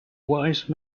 wise